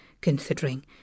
considering